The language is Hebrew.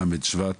ל׳ שבט,